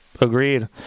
Agreed